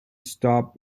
stop